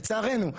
לצערנו.